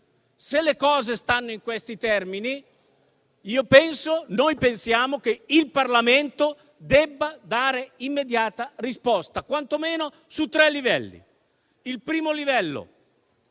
Se le cose stanno in questi termini, noi pensiamo che il Parlamento debba dare immediata risposta, quantomeno su tre livelli. Il primo livello